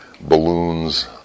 balloons